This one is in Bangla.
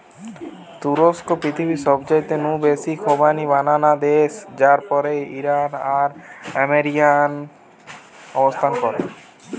তুরস্ক পৃথিবীর সবচাইতে নু বেশি খোবানি বানানা দেশ যার পরেই ইরান আর আর্মেনিয়ার অবস্থান